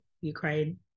Ukraine